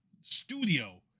studio